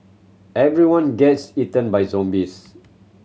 everybody gets eaten by zombies